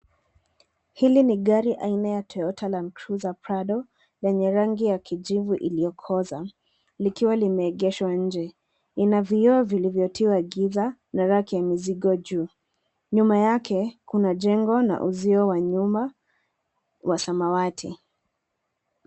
Hili ni gari aina ya Toyota Land Cruiser Prado lenye rangi ya kijivu iliyokolza, likiwa limeegeshwa nje. Ina vioo vilivyotiwa giza na raki ya mizigo juu. Nyuma yake, kuna jengo na uzio wa nyuma wa samawati.